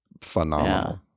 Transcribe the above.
phenomenal